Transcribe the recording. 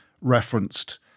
referenced